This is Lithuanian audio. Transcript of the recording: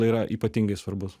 yra ypatingai svarbus